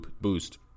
boost